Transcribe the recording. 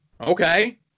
okay